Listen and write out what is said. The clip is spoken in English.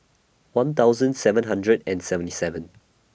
one thousand seven hundred and seventy seven